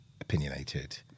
opinionated